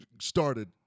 started